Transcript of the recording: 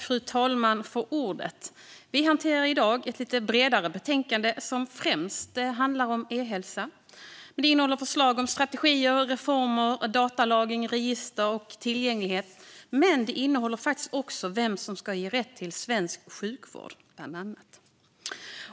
Fru talman! Vi hanterar i dag ett lite bredare betänkande som främst handlar om e-hälsa. Det innehåller bland annat förslag om strategier, reformer, datalagring, register och tillgänglighet och även om vem som ska ges rätt till svensk sjukvård.